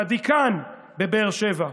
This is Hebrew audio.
לדיקאן בבאר שבע.